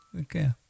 Okay